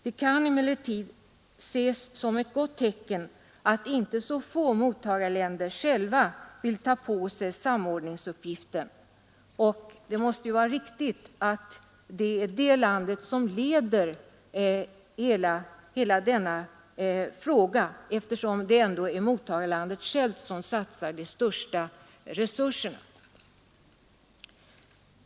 Det kan emellertid ses som ett gott tecken att inte så få mottagarländer själva vill ta på sig samordningsuppgiften, och det måste vara riktigt att det är mottagarlandet som här skall ha ledningen, eftersom det ändå är mottagarlandet självt som satsar de största resurserna.